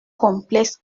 complexe